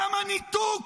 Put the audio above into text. כמה ניתוק